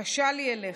בקשה לי אליך,